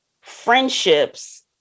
friendships